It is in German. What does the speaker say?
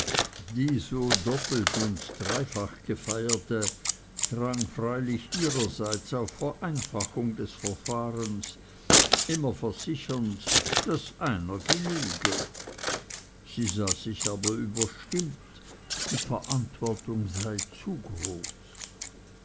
die so doppelt und dreifach gefeierte drang freilich ihrerseits auf vereinfachung des verfahrens immer wieder versichernd daß einer genüge sie sah sich aber überstimmt die verantwortung sei zu groß